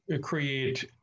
create